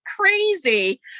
crazy